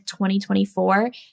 2024